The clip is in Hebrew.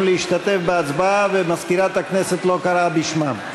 להשתתף בהצבעה ומזכירת הכנסת לא קראה בשמם?